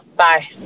bye